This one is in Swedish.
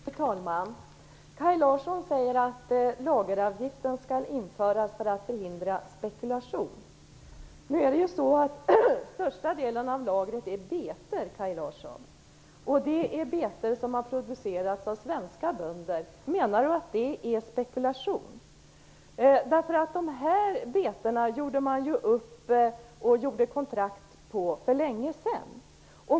Fru talman! Kaj Larsson säger att lageravgiften skall införas för att förhindra spekulation. Den största delen av lagret består av betor som har producerats av svenska bönder. Menar Kaj Larsson att det då är fråga om spekulation. Dessa betor skrev man ju kontrakt om för länge sedan.